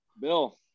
Bill